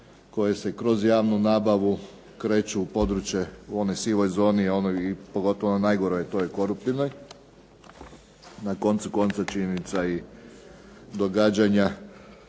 koje se kroz javnu nabavu kreću u područje u onoj sivoj zoni u onoj pogotovo najgoroj toj koruptivnoj. Na koncu konca činjenica je i događanja